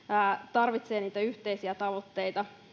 tarvitsee yhteisiä tavoitteita